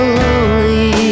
lonely